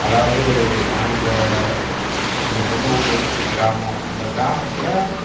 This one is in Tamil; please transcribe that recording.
அதாவது நாங்கள் எங்கள் சொந்த ஊர் வந்து ஒரு கிராமம் அந்த கிராமத்தில்